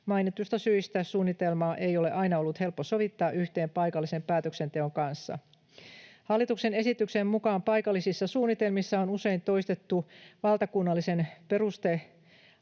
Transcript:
Mainituista syistä suunnitelmaa ei ole aina ollut helppo sovittaa yhteen paikallisen päätöksenteon kanssa. Hallituksen esityksen mukaan paikallisissa suunnitelmissa on usein toistettu valtakunnallisen